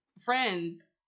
friends